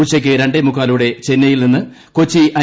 ഉച്ചയ്ക്ക് രണ്ടേമുക്കാലോടെ ചെന്നൈയിൽ നിന്ന് കൊച്ചി ഐ